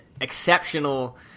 exceptional